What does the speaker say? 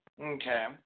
Okay